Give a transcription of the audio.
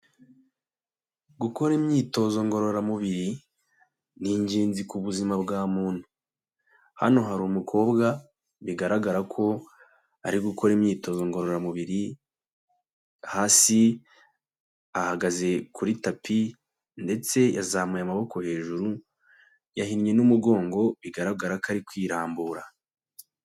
Gukora imyitozo ngororamubiri ni ingenzi ku buzima bwa muntu. Hano hari umukobwa bigaragara ko ari gukora imyitozo ngororamubiri, hasi ahagaze kuri tapi ndetse yazamuye amaboko hejuru, yahinnye n'umugongo bigaragara ko ari kwirambura.